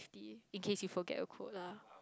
in case you forget your quote lah